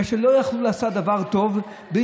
בגלל שלא היו יכולים לעשות דבר טוב בלי